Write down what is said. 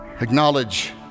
acknowledge